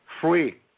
free